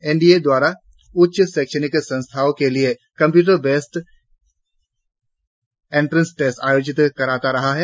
N D A द्वारा उच्च शैक्षणिक संस्थाओं के लिए कंप्यूटर बेस्ड एंट्रेंस टेस्ट आयोजित कराता आ रहा है